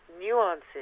nuances